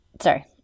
Sorry